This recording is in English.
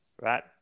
Right